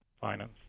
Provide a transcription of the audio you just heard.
finance